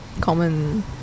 Common